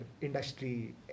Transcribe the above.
industry